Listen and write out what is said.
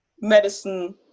medicine